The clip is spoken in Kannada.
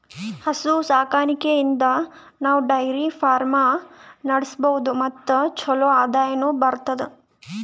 ಹಸು ಸಾಕಾಣಿಕೆಯಿಂದ್ ನಾವ್ ಡೈರಿ ಫಾರ್ಮ್ ನಡ್ಸಬಹುದ್ ಮತ್ ಚಲೋ ಆದಾಯನು ಬರ್ತದಾ